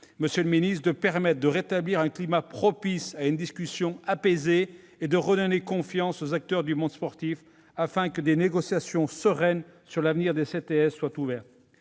monsieur le secrétaire d'État, de rétablir un climat propice à une discussion apaisée et de redonner confiance aux acteurs du monde sportif, afin que des négociations sereines sur l'avenir des CTS soient ouvertes.